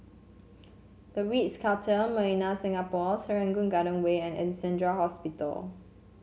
The Ritz Carlton Millenia Singapore Serangoon Garden Way and Alexandra Hospital